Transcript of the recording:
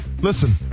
listen